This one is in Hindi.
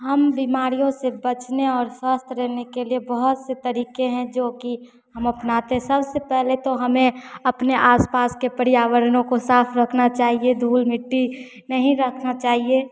हम बीमारियों से बचने और स्वस्थ रहने के लिए बहुत से तरीके हैं जोकि हम अपनाते सबसे पहले तो हमें अपने आसपास के पर्यावरणों को साफ रखना चाहिए धूल मिट्टी नहीं रखना चाहिए